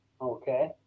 Okay